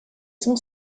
sont